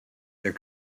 there